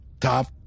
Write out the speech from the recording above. top